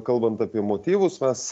kalbant apie motyvus mes